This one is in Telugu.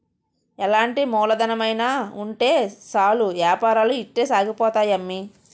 ఎలాంటి మూలధనమైన ఉంటే సాలు ఏపారాలు ఇట్టే సాగిపోతాయి అమ్మి